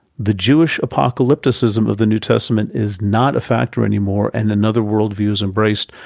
the jewish apocalypticism of the new testament is not a factor anymore, and another worldview is embraced,